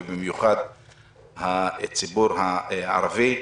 ובמיוחד הציבור הערבי,